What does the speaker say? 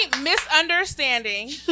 misunderstanding